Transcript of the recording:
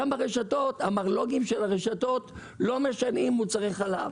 אבל המרלו"גים של הרשתות לא משנעים מוצרי חלב.